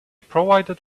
provided